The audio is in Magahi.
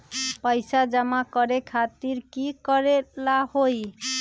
पैसा जमा करे खातीर की करेला होई?